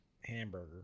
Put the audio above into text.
hamburger